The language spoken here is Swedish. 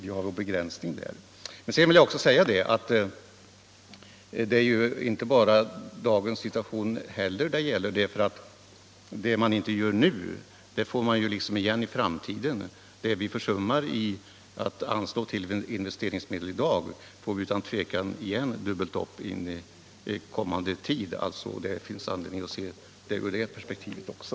Jag vill också säga att det ju inte bara är dagens situation det gäller, eftersom det som inte görs nu återstår att göra i framtiden. Försummar vi att anslå investeringsmedel i dag, får vi utan tvivel igen de kraven dubbelt upp i en kommande tid, varför det finns anledning att se frågan ur det perspektivet också.